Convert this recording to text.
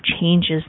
changes